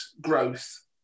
growth